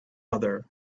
other